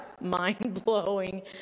mind-blowing